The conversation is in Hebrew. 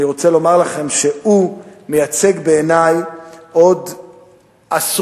אני רוצה לומר לכם שהוא מייצג בעיני עוד עשרות,